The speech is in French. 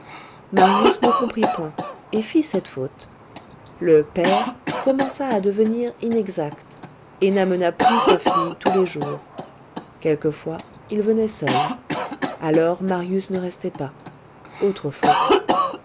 marius ne comprit point et fit cette faute le père commença à devenir inexact et n'amena plus sa fille tous les jours quelquefois il venait seul alors marius ne restait pas autre faute